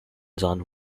done